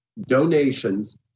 donations